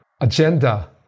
agenda